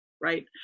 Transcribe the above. right